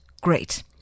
great